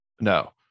no